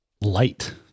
light